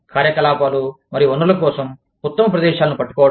కార్యకలాపాలు మరియు వనరుల కోసం ఉత్తమ ప్రదేశాలను పట్టుకోవడడం